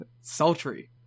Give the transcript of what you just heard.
Sultry